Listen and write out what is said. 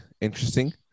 interesting